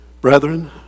Brethren